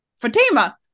Fatima